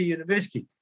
University